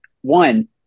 One